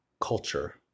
culture